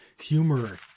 humor